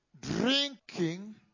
drinking